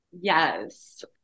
Yes